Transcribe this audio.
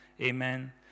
Amen